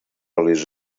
olis